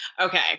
Okay